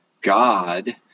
God